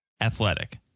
Athletic